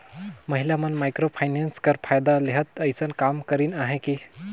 महिला मन micro finance कर फएदा लेहत अइसन काम करिन अहें कि